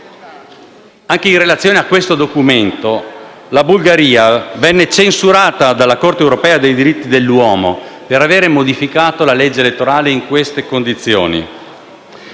Anche in relazione a questo documento, la Bulgaria venne censurata dalla Corte europea dei diritti dell'uomo per aver modificato la legge elettorale in queste condizioni.